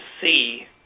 see –